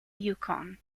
yukon